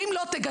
ואם לא תגדרו,